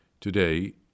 Today